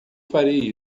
farei